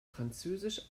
französisch